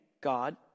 God